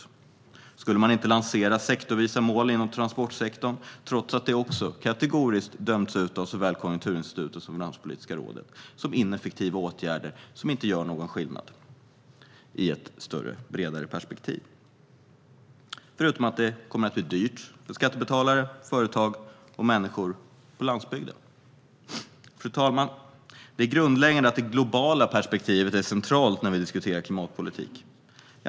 Då skulle man heller inte lansera sektorsvisa mål inom transportsektorn, trots att även dessa kategoriskt dömts ut av såväl Konjunkturinstitutet som Finanspolitiska rådet som ineffektiva åtgärder som inte gör någon skillnad i ett bredare perspektiv, förutom att det kommer att bli dyrt för skattebetalare, företag och människor på landsbygden. Fru talman! Det är grundläggande att det globala perspektivet är centralt när klimatpolitiken diskuteras.